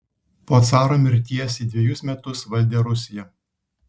po caro mirties ji dvejus metus valdė rusiją